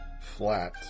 flat